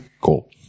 Cool